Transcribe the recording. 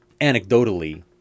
anecdotally